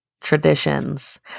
traditions